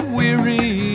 weary